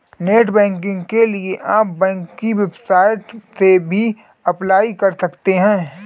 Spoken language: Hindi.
नेटबैंकिंग के लिए आप बैंक की वेबसाइट से भी अप्लाई कर सकते है